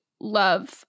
love